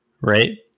right